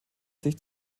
sich